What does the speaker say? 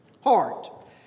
heart